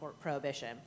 Prohibition